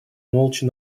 молча